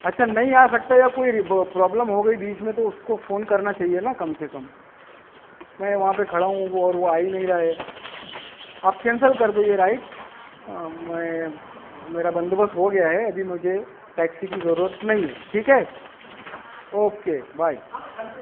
اچھا نہیں آسکتا یا کوئی پرابلم ہوگئی بیچ میں اس کو فون کرنا چاہیے نا کم سے کم میں وہاں پہ کھڑا ہوں اور وہ آ ہی نہیں رہا ہے آپ کینسل کر دو یہ رائڈ میں میرا بندوبست ہو گیا ہے ابھی مجھے ٹیکسی کی ضرورت ںہیں ہے ٹھیک ہے اوکے بائی